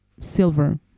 silver